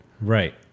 right